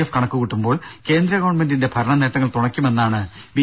F കണക്കുകൂട്ടുമ്പോൾ കേന്ദ്ര ഗവൺമെന്റിന്റെ ഭരണ നേട്ടങ്ങൾ തുണയ്ക്കുമെന്നാണ് ബി